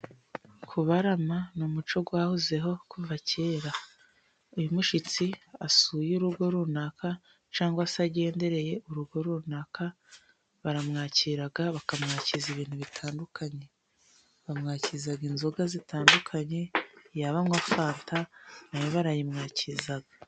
Kubarama ni umuco wahozeho kuva kera iyo mushyitsi asuye urugo runaka cyangwa se agendereye urugo runaka baramwakiraga bakamwakiza ibintu bitandukanye ,bamwakiza inzoga zitandukanye yaba anywa afanta nayo barayimwakiza.